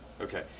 Okay